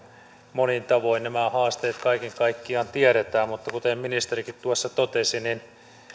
monin tavoin nämä haasteet kaiken kaikkiaan tiedetään mutta kuten ministerikin tuossa totesi niin